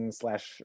slash